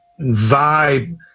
vibe